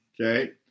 Okay